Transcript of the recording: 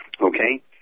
Okay